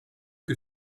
que